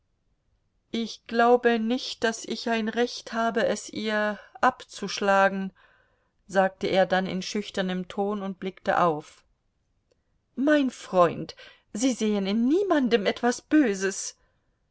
ich glaube nicht daß ich ein recht habe es ihr abzuschlagen sagte er dann in schüchternem ton und blickte auf mein freund sie sehen in niemandem etwas böses